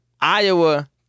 Iowa